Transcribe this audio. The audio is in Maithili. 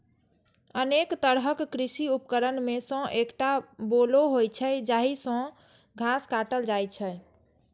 अनेक तरहक कृषि उपकरण मे सं एकटा बोलो होइ छै, जाहि सं घास काटल जाइ छै